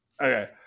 Okay